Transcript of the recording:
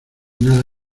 nada